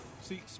See